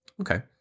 okay